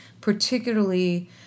particularly